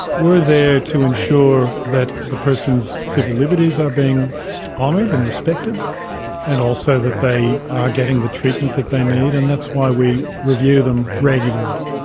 we're there to ensure that the person's civil liberties are being honoured and respected and also that they are getting the treatment that they need, and that's why we review them regularly.